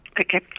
Okay